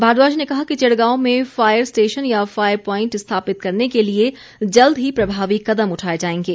भारद्वाज ने कहा कि चिड़गांव में फायर स्टेशन या फायर प्वांइट स्थापित करने के लिए जल्द ही प्रभावी कदम उठाए जाएंगे